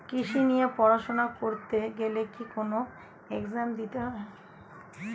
কৃষি নিয়ে পড়াশোনা করতে গেলে কি কোন এগজাম দিতে হয়?